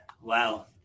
Wow